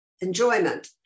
enjoyment